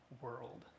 world